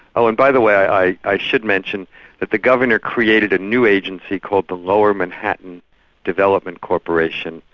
oh, and by the way, i i should mention that the governor created a new agency called the lower manhattan development corporation,